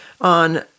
on